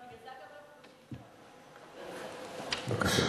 בבקשה.